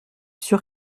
sûr